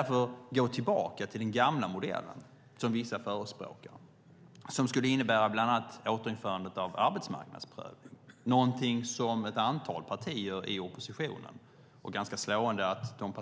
Att gå tillbaka till den gamla modellen, som ett antal partier i oppositionen förespråkar, skulle innebära ett återinförande av arbetsmarknadsprövning. Det är slående att dessa